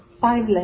five